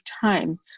time